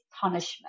punishment